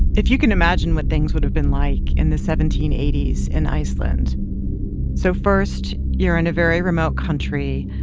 if you can imagine what things would have been like in the seventeen eighty s in iceland so first, you're in a very remote country.